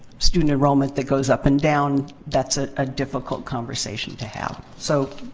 student enrollment that goes up and down, that's a ah difficult conversation to have. so,